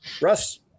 Russ